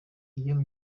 iyo